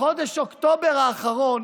בחודש אוקטובר האחרון